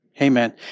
Amen